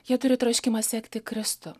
jie turi troškimą sekti kristų